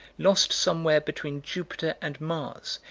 lost somewhere between jupiter and mars,